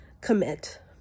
commit